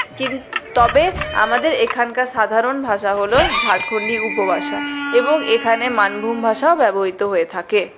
কি তবে আমাদের এখানকার সাধারণ ভাষা হল ঝাড়খন্ডী উপভাষা এবং এখানে মানভূম ভাষাও ব্যবহৃত হয়ে থাকে